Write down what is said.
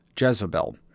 Jezebel